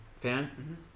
fan